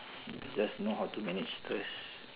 just know how to manage first